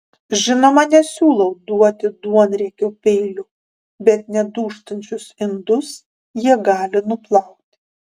žinoma nesiūlau duoti duonriekio peilio bet nedūžtančius indus jie gali nuplauti